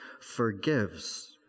forgives